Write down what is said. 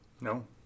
No